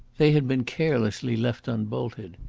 they had been carelessly left unbolted.